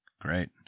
Great